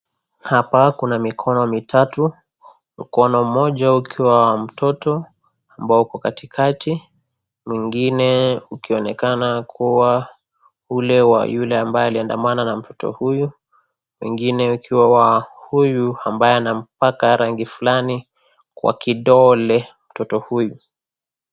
Hapa kuna mikono mitatu, mkono mmoja ukiwa wa mtoto ambao uko katikati mwingine ukionekana kuwa ule wa yule ambaye aliandamana na mtoto huyu, mwingine ukiwa wa huyu ambaye anampaka rangi fulani kwa kidole mtoto huyu.